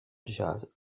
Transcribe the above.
jazz